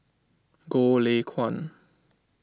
Goh Lay Kuan